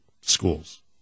schools